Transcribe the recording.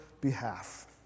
behalf